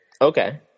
okay